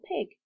pig